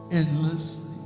endlessly